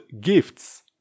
gifts